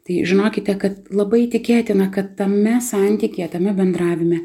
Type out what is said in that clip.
tai žinokite kad labai tikėtina kad tame santykyje tame bendravime